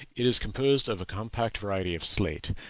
it is composed of a compact variety of slate.